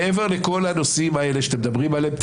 מעבר לכל הנושאים האלה שאתם מדברים עליהם,